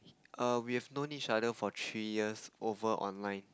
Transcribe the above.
err we have known each other for three years over online